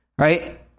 right